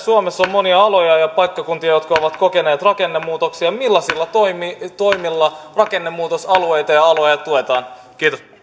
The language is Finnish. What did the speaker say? suomessa on monia aloja ja paikkakuntia jotka ovat kokeneet rakennemuutoksia millaisilla toimilla toimilla rakennemuu tosalueita ja aloja tuetaan kiitos